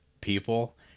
people